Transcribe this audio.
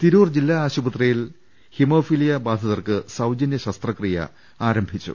തിരൂർ ജില്ലാ ആശുപത്രിയിൽ ഹീമോഫീലിയ ബാധിതർക്ക് സൌജന്യ ശസ്ത്രക്രിയ ആരംഭിച്ചു